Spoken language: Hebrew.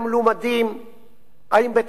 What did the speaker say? האם בית-המשפט העליון מוסמך או לא.